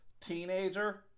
teenager